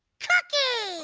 cookie.